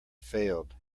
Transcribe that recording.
failed